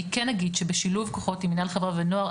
אני כן אגיד שבשילוב כוחות עם מנהל חברה ונוער,